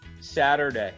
Saturday